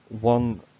One